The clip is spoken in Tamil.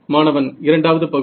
மாணவன் இரண்டாவது பகுதி